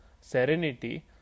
serenity